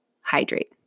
hydrate